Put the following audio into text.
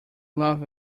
love